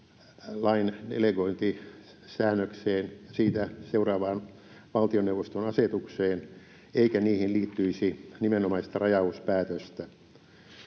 lain delegointisäännökseen, siitä seuraavaan valtioneuvoston asetukseen, eikä niihin liittyisi nimenomaista rajauspäätöstä.